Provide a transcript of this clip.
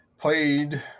Played